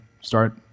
start